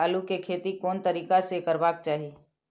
आलु के खेती कोन तरीका से करबाक चाही?